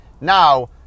Now